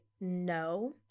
no